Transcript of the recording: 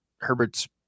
Herbert's